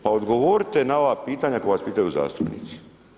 Pa odgovorite na ova pitanja koja vas pitaju zastupnici.